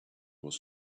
was